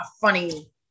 funny